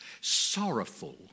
sorrowful